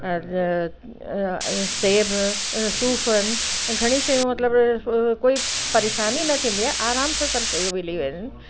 और सेब सूफ़आहिनि घणी शयूं मतिलबु कोई परेशानी न थींदी आहे आराम सां सभु शयूं मिलियूं वेंदियूं आहिनि